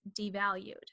devalued